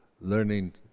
learning